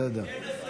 בסדר.